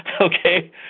Okay